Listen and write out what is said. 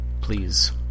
Please